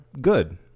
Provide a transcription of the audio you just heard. good